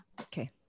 Okay